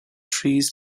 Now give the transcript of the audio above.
trees